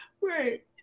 right